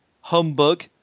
Humbug